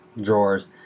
drawers